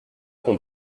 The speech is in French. qu’on